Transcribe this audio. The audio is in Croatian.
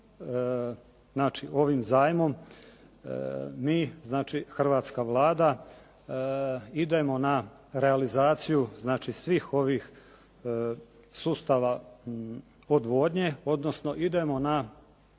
ovim zajmom, mi, znači hrvatska Vlada idemo na realizaciju, znači svih ovih sustava odvodnje, odnosno idemo na